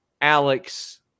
Alex